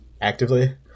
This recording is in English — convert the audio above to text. actively